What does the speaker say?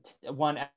one